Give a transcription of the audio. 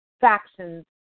factions